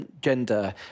gender